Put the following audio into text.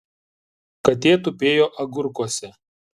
katė tupėjo agurkuose